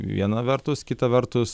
viena vertus kita vertus